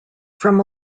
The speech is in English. from